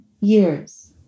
years